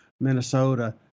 Minnesota